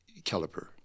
caliper